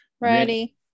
Ready